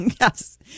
Yes